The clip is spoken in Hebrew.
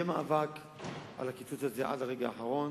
יהיה מאבק על הקיצוץ הזה עד הרגע האחרון.